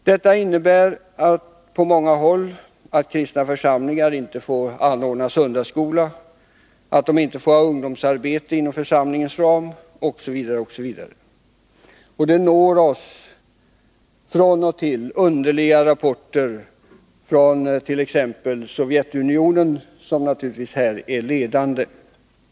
Detta innebär i många fall att kristna församlingar inte får anordna söndagsskola, att de inte får ha ungdomsarbete inom församlingens ram osv. Från och till når oss dessutom underliga rapporter från t.ex. Sovjetunionen, som naturligtvis är ledande i detta sammanhang som i andra.